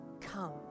come